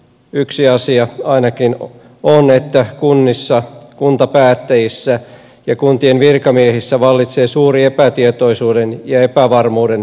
yksi asia ainakin on että kunnissa kuntapäättäjissä ja kuntien virkamiehissä vallitsee suuri epätietoisuuden ja epävarmuuden tilanne